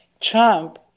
Trump